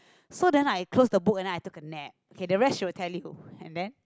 so then I close the book and then I took a nap okay the rest she will tell you and then